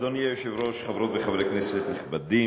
אדוני היושב-ראש, חברות וחברי כנסת נכבדים,